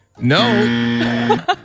No